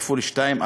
כפול שניים,